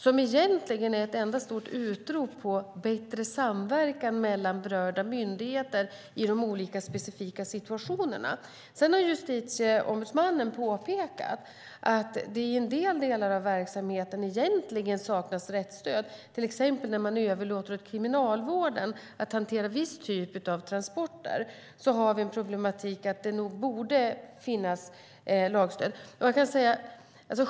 Det är egentligen ett enda stort rop på bättre samverkan mellan berörda myndigheter i de olika specifika situationerna. Justitieombudsmannen har påpekat att det i en del delar av verksamheten egentligen saknas rättsstöd. Det gäller till exempel när man överlåter åt Kriminalvården att hantera vissa typer av transporter. Vi har en problematik där med att den nog borde finnas lagstöd.